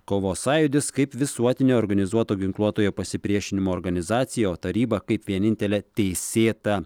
kovos sąjūdis kaip visuotinio organizuoto ginkluotojo pasipriešinimo organizacijo taryba kaip vienintelė teisėta